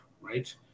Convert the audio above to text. right